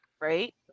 Right